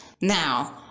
Now